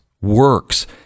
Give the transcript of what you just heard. works